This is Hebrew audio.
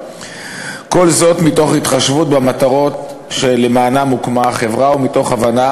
כל זאת מתוך התחשבות במטרות שלמענן הוקמה החברה ומתוך הבנה